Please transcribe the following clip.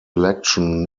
election